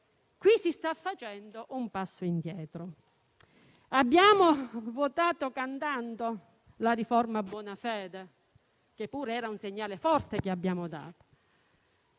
si sta facendo un passo indietro. Abbiamo votato cantando la riforma Bonafede, che pure era un segnale forte che abbiamo dato.